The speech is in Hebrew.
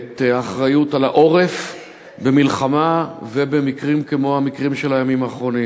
את האחריות לעורף במלחמה ובמקרים כמו המקרים של הימים האחרונים.